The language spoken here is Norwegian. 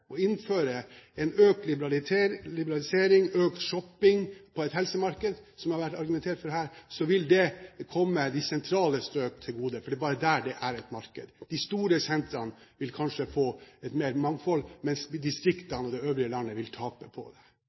og innføre økt liberalisering og økt shopping på et helsemarked, som det har vært argumentert for her, vil det komme de sentrale strøk til gode, for det er bare der det er et marked. De store sentrene vil kanskje få mer mangfold, men distriktene og det øvrige landet vil tape på det.